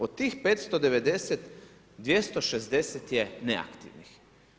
Od tih 590, 260 je neaktivnih.